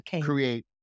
create